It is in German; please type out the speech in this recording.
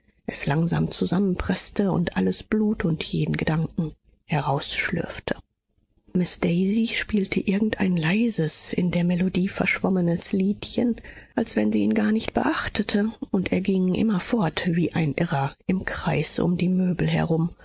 es langsam zusammenpreßte und alles blut und jeden gedanken herausschlürfte miß daisy spielte irgendein leises in der melodie verschwommenes liedchen als wenn sie ihn gar nicht beachtete und er ging immerfort wie ein irrer im kreis um die möbel herum